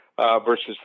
versus